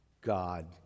God